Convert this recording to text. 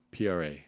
PRA